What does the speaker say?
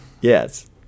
Yes